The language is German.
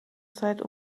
zeit